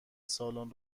سالن